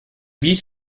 bis